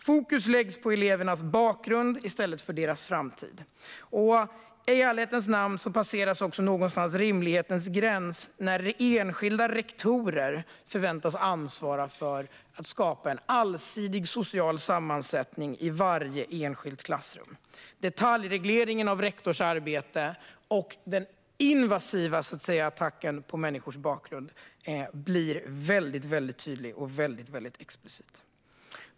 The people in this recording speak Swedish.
Fokus läggs på elevernas bakgrund i stället för på deras framtid. I ärlighetens namn passeras också någonstans rimlighetens gräns när enskilda rektorer förväntas ansvara för att skapa en allsidig social sammansättning i varje enskilt klassrum. Detaljregleringen av rektorernas arbete och den invasiva attacken på människors bakgrund blir väldigt tydlig och explicit.